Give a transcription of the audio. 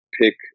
pick